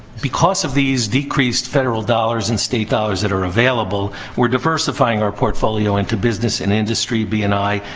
because of these decreased federal dollars and state dollars that are available, we're diversifying our portfolio into business and industry, b and i,